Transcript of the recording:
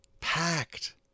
packed